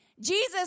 Jesus